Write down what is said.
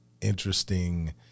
Interesting